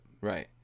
right